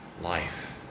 life